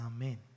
Amen